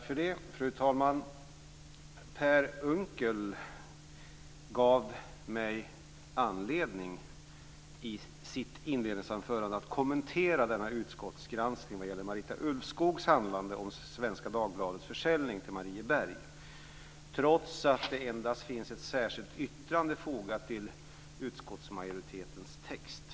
Fru talman! Per Unckel gav mig i sitt inledningsanförande anledning att kommentera utskottsgranskningen av Marita Ulvskogs handlande när det gäller Svenska Dagbladets försäljning till Marieberg; detta trots att endast ett särskilt yttrande är fogat till utskottsmajoritetens text.